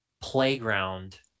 playground